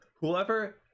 Whoever